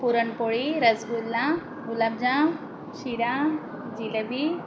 puran poli rasgulla gulabjam sheera jalebi